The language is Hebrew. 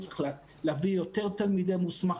צריך להביא יותר תלמידי מוסמך,